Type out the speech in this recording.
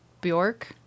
Bjork